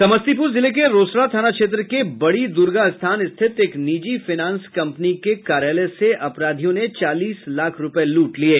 समस्तीपुर जिले के रोसड़ा थाना क्षेत्र के बड़ी दुर्गास्थान स्थित एक निजी फाइनेंस कंपनी के कार्यालय से अपराधियों ने चालीस लाख रुपये लूट लिये